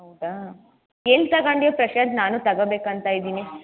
ಹೌದಾ ಎಲ್ಲಿ ತಗೊಂಡ್ಯೊ ಪ್ರಶಾಂತ್ ನಾನು ತಗೋಬೇಕಂತ ಇದ್ದೀನಿ